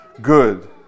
good